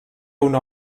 una